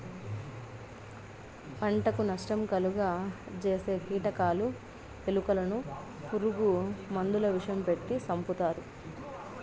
పంటకు నష్టం కలుగ జేసే కీటకాలు, ఎలుకలను పురుగు మందుల విషం పెట్టి సంపుతారు